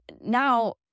Now